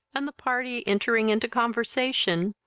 and the party, entering into conversation,